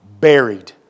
buried